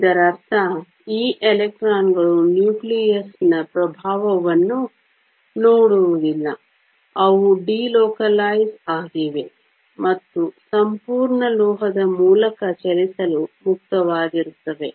ಇದರರ್ಥ ಈ ಎಲೆಕ್ಟ್ರಾನ್ಗಳು ನ್ಯೂಕ್ಲಿಯಸ್ನ ಪ್ರಭಾವವನ್ನು ನೋಡುವುದಿಲ್ಲ ಅವು ಡಿಲೋಕಲೈಸ್ ಆಗಿವೆ ಮತ್ತು ಸಂಪೂರ್ಣ ಲೋಹದ ಮೂಲಕ ಚಲಿಸಲು ಮುಕ್ತವಾಗಿರುತ್ತವೆ